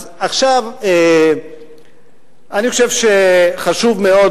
אז עכשיו אני חושב שחשוב מאוד,